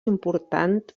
important